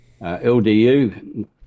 LDU